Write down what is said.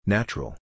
Natural